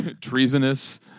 treasonous